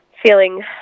feeling